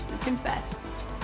confess